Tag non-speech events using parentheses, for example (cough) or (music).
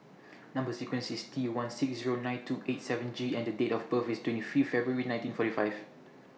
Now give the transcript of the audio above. (noise) Number sequence IS T one six Zero nine two eight seven G and Date of birth IS twenty five February nineteen forty five